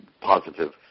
positive